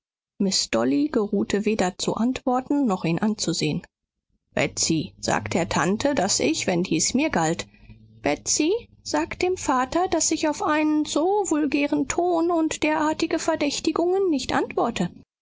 miß dolly geruhte weder zu antworten noch ihn anzusehen betsy sag der tante daß ich wenn dies mir galt betsy sag dem vater daß ich auf einen so vulgären ton und derartige verdächtigungen nicht antworte